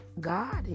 God